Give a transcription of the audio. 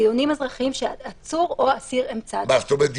דיונים אזרחיים שעצור או אסיר הם --- זאת אומרת,